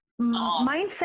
Mindset